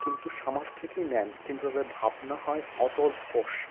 কিন্তু সামাজ থেকেই নেন কিন্তু তাদের ভাবনা হয় অতলস্পর্শী